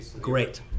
Great